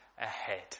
ahead